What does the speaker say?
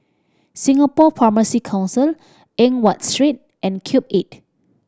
Singapore Pharmacy Council Eng Watt Street and Cube Eight